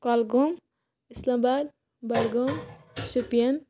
Kulgam Islamabad Budgam Shopian